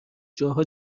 جاها